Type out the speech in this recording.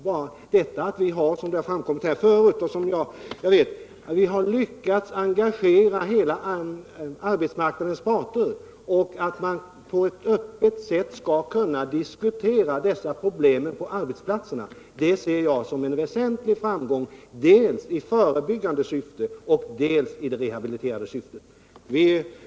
Bara detta att vi — som har framkommit här förut — har lyckats engagera arbetsmarknadens parter och att man på ett öppet sätt skall kunna diskutera dessa problem på arbetsplatserna ser jag som en väsentlig framgång, dels i förebyggande syfte, dels i rehabiliterande syfte.